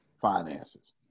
finances